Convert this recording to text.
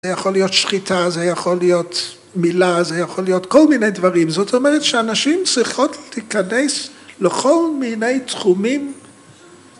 ‫זה יכול להיות שחיטה, ‫זה יכול להיות מילה, ‫זה יכול להיות כל מיני דברים. ‫זאת אומרת שאנשים צריכות להיכנס ‫לכל מיני תחומים.